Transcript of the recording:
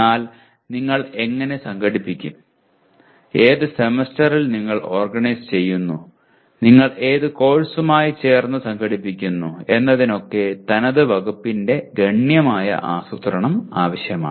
എന്നാൽ നിങ്ങൾ എങ്ങനെ സംഘടിപ്പിക്കും ഏത് സെമസ്റ്ററിൽ നിങ്ങൾ ഓർഗനൈസ് ചെയ്യുന്നു നിങ്ങൾ ഏത് കോഴ്സുമായി ചേർന്നു സംഘടിപ്പിക്കുന്നു എന്നതിനൊക്കെ തനതു വകുപ്പിന്റെ ഗണ്യമായ ആസൂത്രണം ആവശ്യമാണ്